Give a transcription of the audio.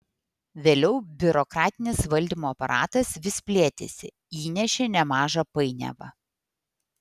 vėliau biurokratinis valdymo aparatas vis plėtėsi įnešė nemažą painiavą